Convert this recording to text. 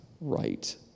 right